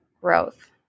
growth